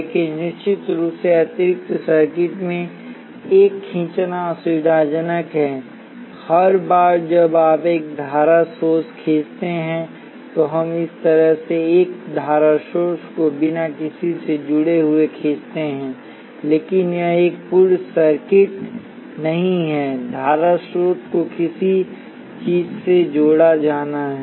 लेकिन निश्चित रूप से अतिरिक्त सर्किट में एक खींचना असुविधाजनक है हर बार जब आप एक धारा सोर्स खींचते हैं तो हम इस तरह से एक धारा सोर्स को बिना किसी से जुड़े हुए खींचते हैं लेकिन यह एक पूर्ण सर्किट नहीं है धारा स्रोत को किसी चीज से जोड़ा जाना है